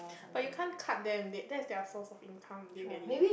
but you can't cut them they~ that's their source of income do you get it